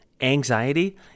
anxiety